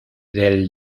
del